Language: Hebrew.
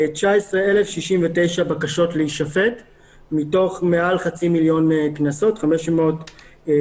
19,069 בקשות להישפט מתוך יותר מחצי מיליון קנסות שהוטלו,